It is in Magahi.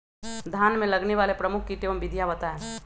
धान में लगने वाले प्रमुख कीट एवं विधियां बताएं?